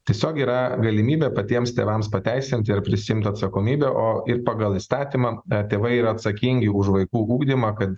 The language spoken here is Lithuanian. tiesiog yra galimybė patiems tėvams pateisinti ar prisiimt atsakomybę o ir pagal įstatymą tėvai yra atsakingi už vaikų ugdymą kad